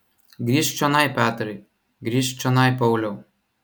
grįžk čionai petrai grįžk čionai pauliau